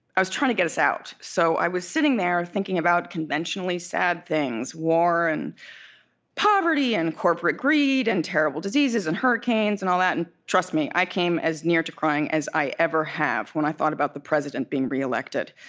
i was trying to get us out. so i was sitting there, thinking about conventionally sad things war and poverty and corporate greed and terrible diseases and hurricanes and all that. and trust me, i came as near to crying as i ever have, when i thought about the president being reelected